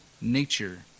nature